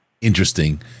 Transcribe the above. interesting